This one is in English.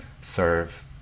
serve